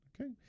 Okay